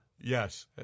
Yes